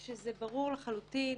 כשזה ברור לחלוטין